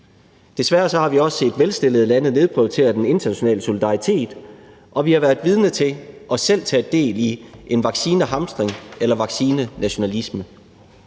Desværre har vi også set velstillede lande nedprioritere den internationale solidaritet, og vi har været vidne til og selv taget del i en vaccinehamstring eller vaccinenationalisme.